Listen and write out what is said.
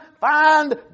find